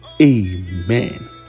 Amen